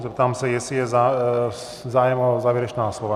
Zeptám se, jestli je zájem o závěrečná slova.